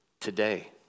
today